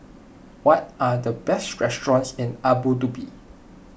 what are the best restaurants in Abu Dhabi